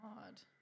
God